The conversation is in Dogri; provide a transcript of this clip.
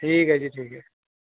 ठीक ऐ जी ठीक ऐ